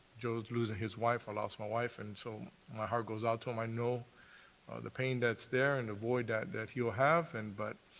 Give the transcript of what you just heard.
joe losing his wife. i lost my wife, and so my heart goes out to him. i know the pain that's there and the void that that he'll have, and but,